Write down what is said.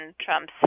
Trump's